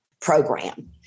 program